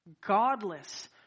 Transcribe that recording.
godless